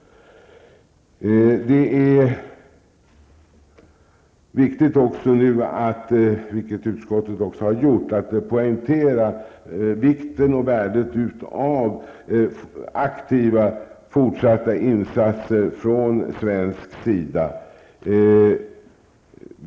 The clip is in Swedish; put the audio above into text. Det är viktigt också nu -- vilket utskottet gjort -- att poängtera vikten och värdet av aktiva fortsatta insatser från svensk sida.